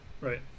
Right